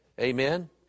Amen